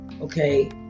okay